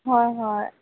হয় হয়